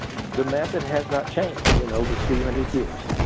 the method has not changed in over two hundred years.